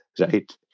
Right